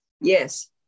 Yes